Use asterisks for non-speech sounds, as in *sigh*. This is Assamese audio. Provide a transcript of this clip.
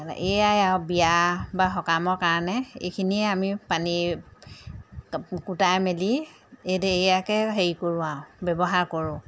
এয়াই আৰু বিয়া বা সকামৰ কাৰণে এইখিনিয়ে আমি পানী *unintelligible* গোটাই মেলি এইয়াকে হেৰি কৰোঁ আৰু ব্যৱহাৰ কৰোঁ